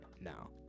now